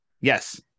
Yes